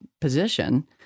position